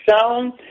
sound